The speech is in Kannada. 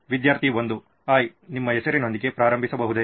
ವಿದ್ಯಾರ್ಥಿ 1 ಹಾಯ್ ನಿಮ್ಮ ಹೆಸರಿನೊಂದಿಗೆ ಪ್ರಾರಂಭಿಸಬಹುದೇ